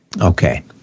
Okay